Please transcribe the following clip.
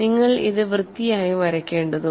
നിങ്ങൾ ഇത് വൃത്തിയായി വരക്കേണ്ടതുണ്ട്